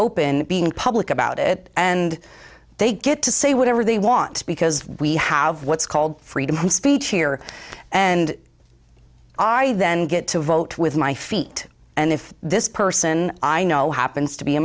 open being public about it and they get to say whatever they want to because we have what's called freedom of speech here and i then get to vote with my feet and if this person i know happens to be a